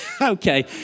okay